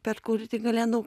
per kurį tik galėdavau